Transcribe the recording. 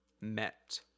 met